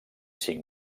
cinc